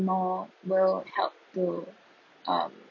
more will help to um